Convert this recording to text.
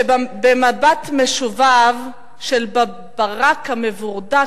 במבט משובב של ברק המבורדק,